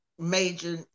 Major